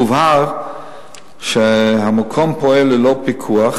הובהר שהמקום פועל ללא פיקוח,